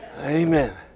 Amen